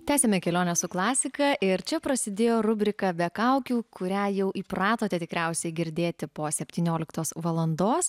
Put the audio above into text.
tęsiame kelionę su klasika ir čia prasidėjo rubrika be kaukių kurią jau įpratote tikriausiai girdėti po septynioliktos valandos